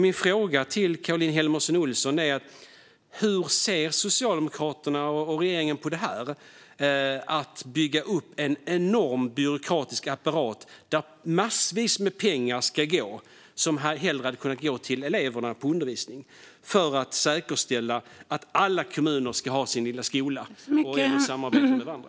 Min fråga till Caroline Helmersson Olsson är hur Socialdemokraterna och regeringen ser på att bygga upp en enorm byråkratisk apparat dit massvis med pengar ska gå - pengar som hade kunnat gå till eleverna i undervisningen - för att säkerställa att alla kommuner ska ha sin lilla skola och inte samarbeta med varandra.